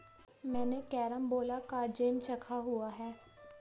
मैंने कैरमबोला का जैम चखा हुआ है